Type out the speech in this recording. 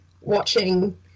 watching